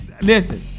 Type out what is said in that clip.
listen